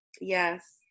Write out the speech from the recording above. Yes